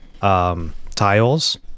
tiles